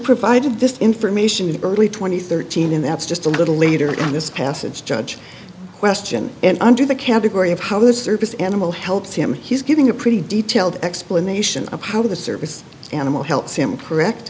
provided this information in early two thousand and thirteen and that's just a little later in this passage judge question and under the category of how this service animal helps him he's giving a pretty detailed explanation of how the service animal helped sam correct